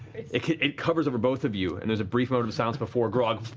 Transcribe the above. it it covers over both of you. and there's a brief moment of silence before grog